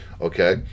Okay